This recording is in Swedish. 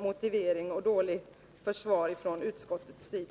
mycket dåligt svar från utskottets sida.